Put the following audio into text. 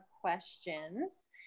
questions